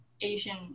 Asian